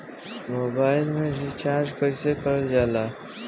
Mobile में recharge कइसे करल जाला?